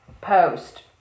post